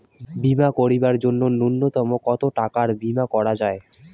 বীমা করিবার জন্য নূন্যতম কতো টাকার বীমা করা যায়?